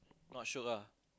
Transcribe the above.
not shiok ah